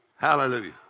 Hallelujah